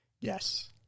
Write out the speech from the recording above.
yes